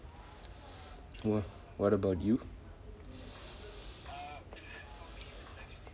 no ah what about you